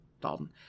Dalton